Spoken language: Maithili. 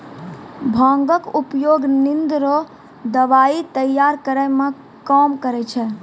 भांगक उपयोग निंद रो दबाइ तैयार करै मे काम करै छै